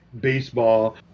baseball